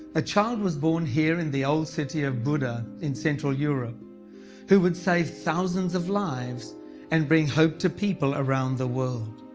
a child was born here in the old city of buda, in central europe who would save thousands of lives and bring hope to people around the world.